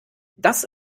das